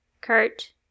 Kurt